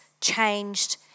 changed